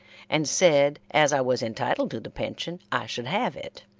and said as i was entitled to the pension, i should have it,